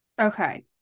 Okay